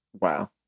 Wow